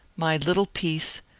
my little piece,